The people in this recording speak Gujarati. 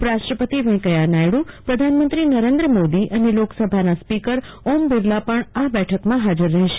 ઉપરાષ્ટ્રપતિ વેંકૈયા નાયડુપ્રધાનમંત્રી નરેન્દ્ર મોદી અને લોકસભાના સ્પીકર ઓમ બિરલા પણ આ બેઠકમાં ફાજર રહેશે